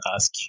ask